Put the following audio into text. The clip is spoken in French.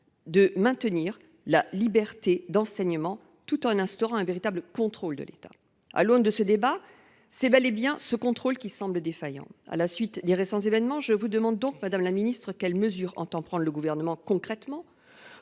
de maintenir la liberté d’enseignement tout en instaurant un véritable contrôle de l’État. À l’aune de ce débat, c’est bel et bien ce contrôle qui semble défaillant. À la suite des récents événements, je vous demande donc, madame la ministre, quelles mesures entend prendre concrètement